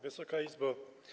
Wysoka Izbo!